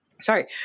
Sorry